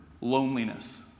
loneliness